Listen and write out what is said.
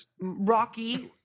Rocky